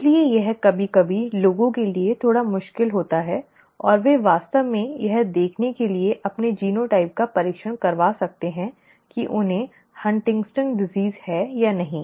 इसलिए यह कभी कभी लोगों के लिए थोड़ा मुश्किल होता है और वे वास्तव में यह देखने के लिए अपने जीनोटाइप का परीक्षण करवा सकते हैं कि उन्हें हंटिंग्टन की बीमारी Huntington's disease है या नहीं